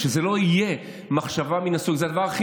שלא תהיה מחשבה מן הסוג הזה.